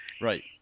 Right